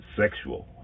sexual